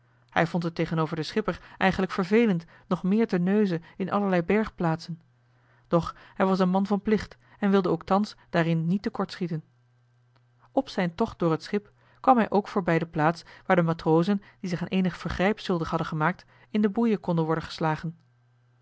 hij vond het tegenover den schipper eigenlijk vervelend nog meer te neuzen in allerlei bergplaatsen doch hij was een man van plicht en wilde ook thans daarin niet te kort schieten op zijn tocht do or het schip kwam hij ook voorbij de plaats waar de matrozen die zich aan eenig vergrijp schuldig hadden gemaakt in de boeien konden worden geslagen